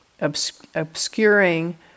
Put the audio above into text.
obscuring